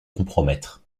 compromettre